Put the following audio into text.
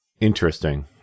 Interesting